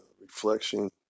reflection